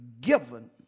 given